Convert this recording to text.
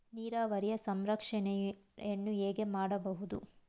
ನೀರಾವರಿಯ ಸಂರಕ್ಷಣೆಯನ್ನು ಹೇಗೆ ಮಾಡಬಹುದು?